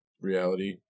reality